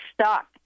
stuck